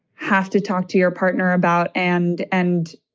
have to talk to your partner about and and.